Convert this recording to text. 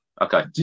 Okay